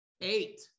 eight